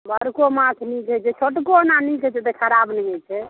बड़को माँछ नीक होइत छै छोटको ओना नीक होइत छै ओतेक खराब नहि होइत छै